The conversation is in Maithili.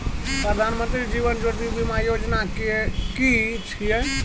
प्रधानमंत्री जीवन ज्योति बीमा योजना कि छिए?